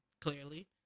clearly